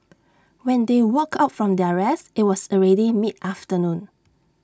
when they woke up from their rest IT was already mid afternoon